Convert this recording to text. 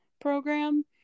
program